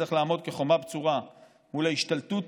צריך לעמוד כחומה בצורה מול ההשתלטות